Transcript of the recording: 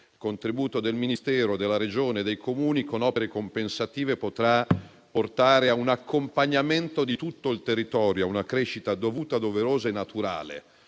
il contributo del Ministero, della Regione e dei Comuni, con opere compensative, potrà portare a un accompagnamento di tutto il territorio, a una crescita dovuta, doverosa e naturale